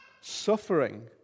Suffering